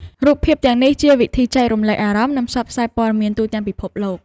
រូបភាពទាំងនេះជាវិធីចែករំលែកអារម្មណ៍ និងផ្សព្វផ្សាយព័ត៌មានទូទាំងពិភពលោក។